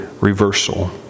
reversal